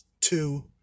two